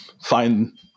find